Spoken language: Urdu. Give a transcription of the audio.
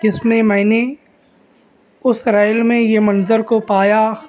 جس میں میں نے اس ریل میں یہ منظر کو پایا